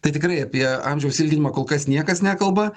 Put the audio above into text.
tai tikrai apie amžiaus ilginimą kol kas niekas nekalba